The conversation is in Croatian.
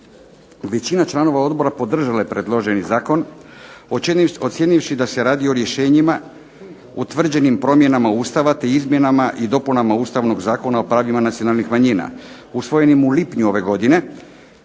Većina članova odbora podržala je predloženi zakon ocijenivši da se radi o rješenjima utvrđenim promjenama Ustava te izmjenama i dopuna Ustavnog zakona o pravima nacionalnih manjina usvojenog u lipnju ove godine